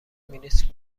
مینسک